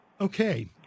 Okay